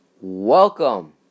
Welcome